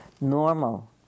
normal